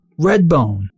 Redbone